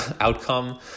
outcome